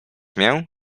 mię